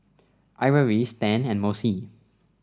Ivory Stan and Mossie